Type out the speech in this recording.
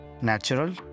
natural